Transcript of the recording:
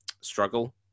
struggle